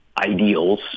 ideals